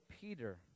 peter